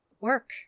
work